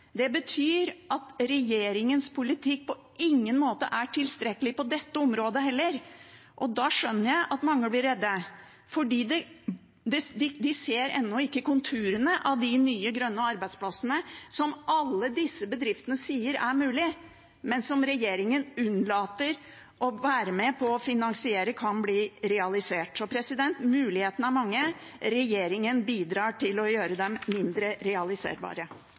Det betyr at regjeringens politikk på ingen måte er tilstrekkelig på dette området heller. Da skjønner jeg at mange blir redde, for de ser ennå ikke konturene av de nye, grønne arbeidsplassene som alle disse bedriftene sier er mulig, men som regjeringen unnlater å være med på å finansiere, slik at det kan bli realisert. Så mulighetene er mange. Regjeringen bidrar til å gjøre dem mindre realiserbare.